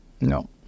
no